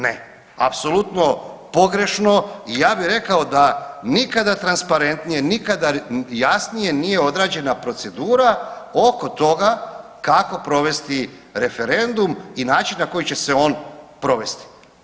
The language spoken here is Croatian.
Ne, apsolutno pogrešno i ja bi rekao da nikada transparentnije, nikada jasnije nije odrađena procedura oko toga kako provesti referendum i način na koji će se on provesti.